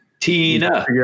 Tina